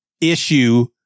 issue